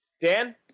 Dan